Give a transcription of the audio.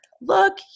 look